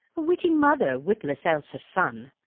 a witty mother! witless else her son.